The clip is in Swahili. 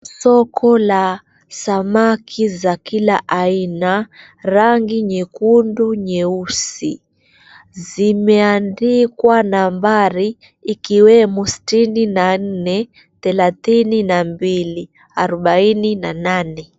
Soko la samaki za kila aina, rangi nyekundu, nyeusi, zimeandikwa nambari, ikiwemo sitini na nne, thalathini na mbili, arubaini na nane.